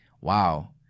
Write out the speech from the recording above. wow